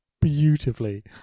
beautifully